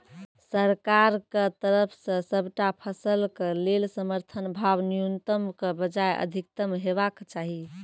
सरकारक तरफ सॅ सबटा फसलक लेल समर्थन भाव न्यूनतमक बजाय अधिकतम हेवाक चाही?